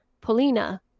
Polina